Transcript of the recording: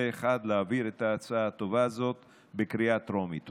להעביר פה אחד את ההצעה הטובה הזאת בקריאה טרומית.